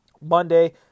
Monday